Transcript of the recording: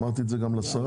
אמרתי את זה גם שלרה.